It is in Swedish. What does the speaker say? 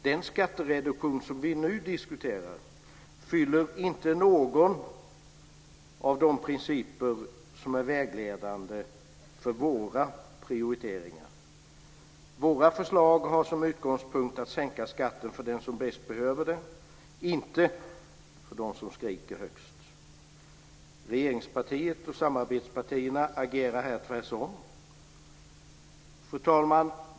Den skattereduktion som vi nu diskuterar fyller inte någon av de principer som är vägledande för våra prioriteringar. Våra förslag har som utgångspunkt sänkt skatt för den som bäst behöver det, inte för den som skriker högst. Regeringspartiet och samarbetspartierna agerar här tvärtom. Fru talman!